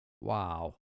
Wow